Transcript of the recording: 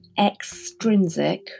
extrinsic